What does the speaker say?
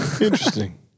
interesting